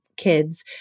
kids